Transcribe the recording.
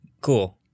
Cool